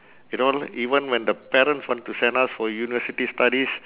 you know even when the parents want to send us for university studies